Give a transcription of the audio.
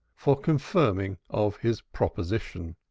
for confirmation of his proposition.